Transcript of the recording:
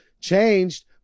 changed